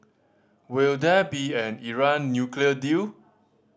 will there be an Iran nuclear deal